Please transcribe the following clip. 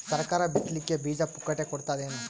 ಸರಕಾರ ಬಿತ್ ಲಿಕ್ಕೆ ಬೀಜ ಪುಕ್ಕಟೆ ಕೊಡತದೇನು?